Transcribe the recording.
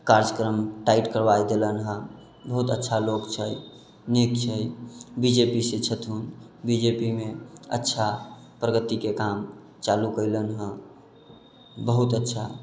कार्यक्रम टाइट करबा देलनि हेँ बहुत अच्छा लोक छै नीक छै बी जे पी सँ छथुन बी जे पी मे अच्छा प्रगतिके काम चालू कयलनि हेँ बहुत अच्छा